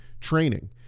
training